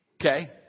Okay